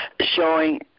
showing